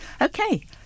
Okay